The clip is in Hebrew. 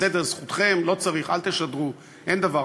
בסדר, זכותכם, לא צריך, אל תשדרו, אין דבר.